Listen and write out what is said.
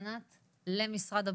ענת, למשרד הבריאות.